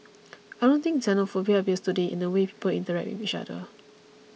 I don't think xenophobia appears today in the way people interact with each other